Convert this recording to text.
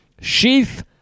Sheath